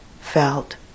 felt